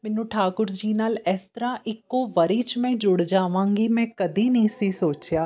ਮੈਨੂੰ ਠਾਕੁਰ ਜੀ ਨਾਲ ਇਸ ਤਰ੍ਹਾਂ ਇੱਕੋ ਵਾਰੀ 'ਚ ਮੈਂ ਜੁੜ ਜਾਵਾਂਗੀ ਮੈਂ ਕਦੇ ਨਹੀਂ ਸੀ ਸੋਚਿਆ